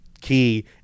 key